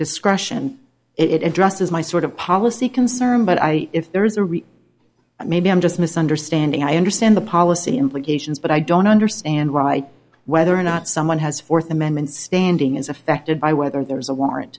discretion it addresses my sort of policy concern but i if there is a real maybe i'm just misunderstanding i understand the policy implications but i don't understand right whether or not someone has fourth amendment standing is affected by whether there's a warrant